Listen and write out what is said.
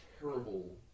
terrible